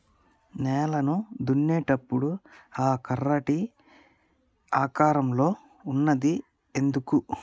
నేలను దున్నేటప్పుడు ఆ కర్ర టీ ఆకారం లో ఉంటది ఎందుకు?